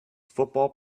football